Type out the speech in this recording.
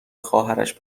خواهرش